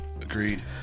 Agreed